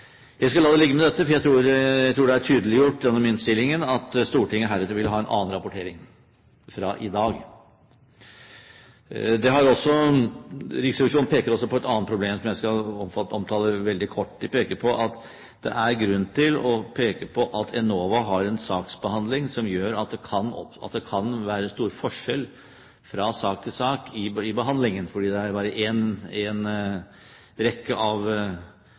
Jeg skal la det ligge med dette, for jeg tror det er tydeliggjort gjennom innstillingen at Stortinget heretter vil ha en annen rapportering – fra i dag. Riksrevisjonen peker også på et annet problem som jeg skal omtale veldig kort. De sier at det er grunn til å peke på at Enova har en saksbehandling som gjør at det kan være stor forskjell fra sak til sak i behandlingen, fordi det bare er